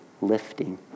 lifting